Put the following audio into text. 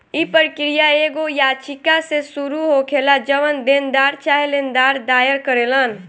इ प्रक्रिया एगो याचिका से शुरू होखेला जवन देनदार चाहे लेनदार दायर करेलन